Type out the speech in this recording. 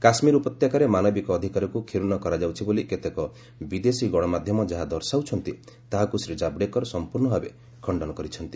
କାଶ୍ମୀର ଉପତ୍ୟକାରେ ମାନବିକ ଅଧିକାରକୁ କ୍ଷୁଣ୍ଡ କରାଯାଉଛି ବୋଲି କେତେକ ବିଦେଶୀ ଗଣମାଧ୍ୟମ ଯାହା ଦର୍ଶାଉଛନ୍ତି ତାହାକୁ ଶ୍ରୀ ଜାବ୍ଡେକର ସମ୍ପର୍ଷ୍ଣଭାବେ ଖଶ୍ତନ କରିଛନ୍ତି